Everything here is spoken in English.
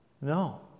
No